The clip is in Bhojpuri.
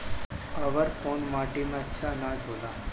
अवर कौन माटी मे अच्छा आनाज होला?